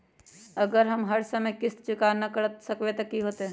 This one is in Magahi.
अगर हम समय पर किस्त भुकतान न कर सकवै त की होतै?